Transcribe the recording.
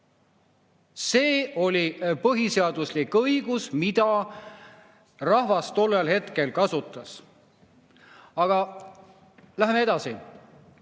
See oli põhiseaduslik õigus, mida rahvas tollel hetkel kasutas. Aga läheme edasi. Edasi